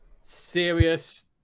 serious